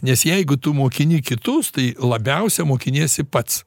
nes jeigu tu mokini kitus tai labiausia mokiniesi pats